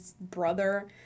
brother